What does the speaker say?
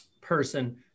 person